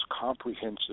comprehensive